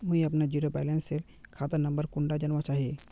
मुई अपना zero balance सेल खाता नंबर कुंडा जानवा चाहची?